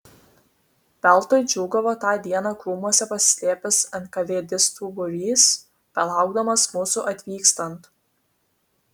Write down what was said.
veltui džiūgavo tą dieną krūmuose pasislėpęs enkavėdistų būrys belaukdamas mūsų atvykstant